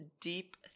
deep